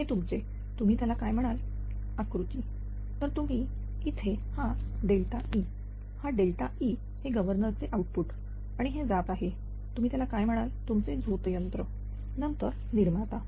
हे तुमचे तुम्ही त्याला काय म्हणता आकृती तर तुम्ही इथे हा ΔE हा ΔE हे गव्हर्नर चे आउटपुट आणि हे जात आहे तुम्ही त्याला काय म्हणाल तुमचे झोतयंत्र नंतर निर्माता